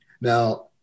Now